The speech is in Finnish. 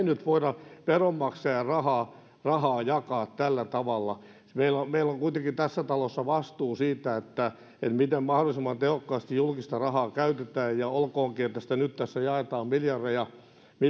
nyt veronmaksajien rahaa rahaa voida tällä tavalla jakaa meillä on kuitenkin tässä talossa vastuu siitä miten mahdollisimman tehokkaasti julkista rahaa käytetään olkoonkin että sitä nyt tässä jaetaan kaikkineen miljardeja